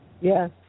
Yes